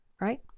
right